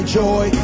joy